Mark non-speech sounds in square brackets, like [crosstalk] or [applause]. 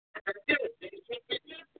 [unintelligible]